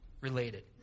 related